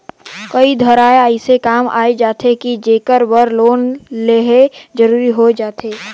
कए धाएर अइसे काम आए जाथे कि जेकर बर लोन लेहई जरूरी होए जाथे